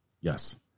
Yes